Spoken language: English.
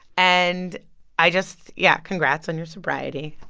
and i just yeah, congrats on your sobriety.